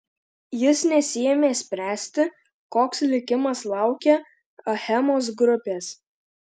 jis nesiėmė spręsti koks likimas laukia achemos grupės